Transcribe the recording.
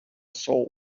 soul